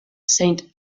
saint